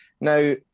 Now